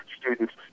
students